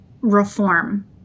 reform